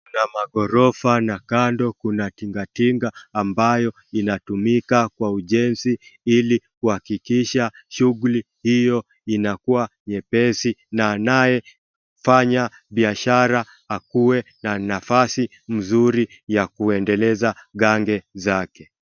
Kuna magorofa na kando kuna tingatinga ambayo inatumika kwa ujenzi ili kuhakikisha shughuli hiyo inakuwa nyepesi na naye anayefanya biashara akuwe na nafasi nzuri ya kuendeleza gange zake.